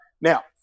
Now